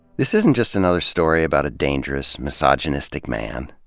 this isn't just another story about a dangerous, misogynistic man,